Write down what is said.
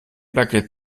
baguette